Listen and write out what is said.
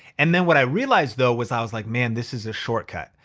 and then what i realized though, was i was like, man, this is a shortcut.